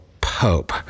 Pope